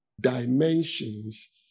dimensions